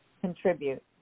contribute